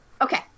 Okay